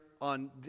on